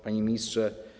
Panie Ministrze!